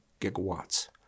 gigawatts